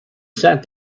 sat